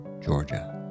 Georgia